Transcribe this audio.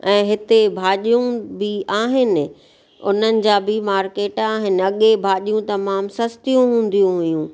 ऐं हिते भाॼियूं बि आहिनि उन्हनि जा बि मार्केट आहिनि अॻे भाॼियूं तमामु सस्तियूं हूंदियूं हुयूं